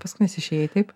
paskutinis išėjai taip